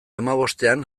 hamabostean